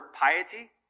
piety